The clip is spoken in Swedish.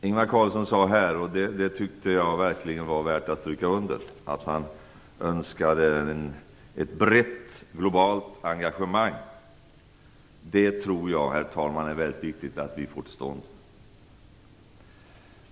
Ingvar Carlsson sade här, och det tyckte jag verkligen var värt att stryka under, att han önskade ett brett globalt engagemang. Det tror jag är väldigt viktigt att vi får till stånd.